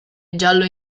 giallo